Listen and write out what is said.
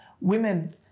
women